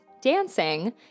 dancing